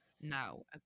No